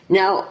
now